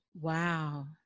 Wow